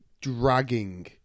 dragging